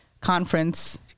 conference